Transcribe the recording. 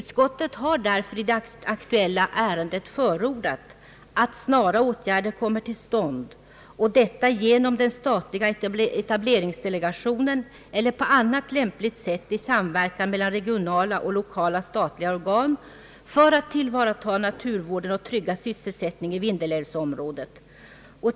I det aktuella ärendet har utskottet därför förordat att snara åtgärder kommer till stånd genom den statliga etableringsdelegationen eller på annat lämpligt sätt i samverkan mellan regionala och lokala statliga organ för att tillvarata naturvårdsintressen och trygga sysselsättningen i vindelälvsområdet.